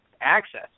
access